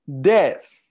death